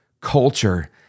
culture